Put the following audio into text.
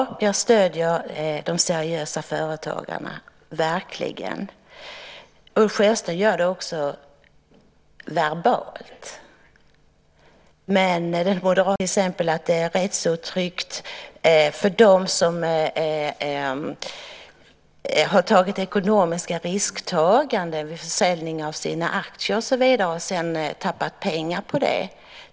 Herr talman! Som sagt, vi har kanske lite olika definitioner. Jag vet att Ulf Sjösten tycker att det är rättsotryggt för dem som har tagit ekonomiska risker vid försäljning av aktier och förlorat pengar på detta.